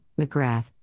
McGrath